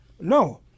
No